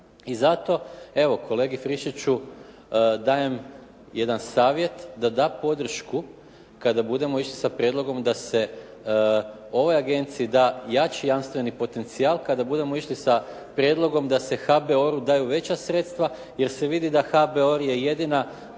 i zato, evo kolegi Friščiću dajem jedan savjet da da podršku kada budemo išli sa prijedlogom da se ovoj agenciji da jači jamstveni potencijal kada budemo išli sa prijedlogom da se HBOR-u daju veća sredstva jer se vidi da HBOR je jedina